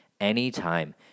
Anytime